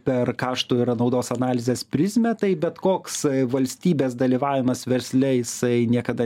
per kaštų yra naudos analizės prizmę tai bet koks valstybės dalyvavimas versle jisai niekada